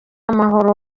amahoro